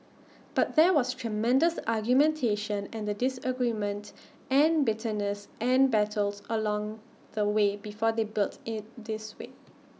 but there was tremendous argumentation and disagreement and bitterness and battles along the way before they built IT this way